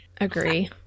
Agree